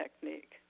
technique